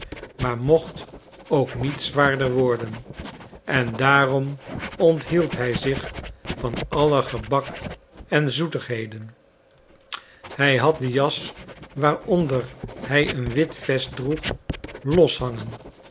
maar mocht ook niet zwaarder worden en daarom onthield hij zich van alle gebak en zoetigheden hij had den jas waaronder hij een wit vest droeg loshangen